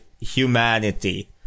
humanity